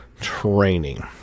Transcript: training